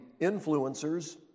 influencers